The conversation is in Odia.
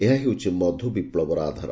ଏହା ହେଉଛି ମଧୁବିପ୍ଳବର ଆଧାର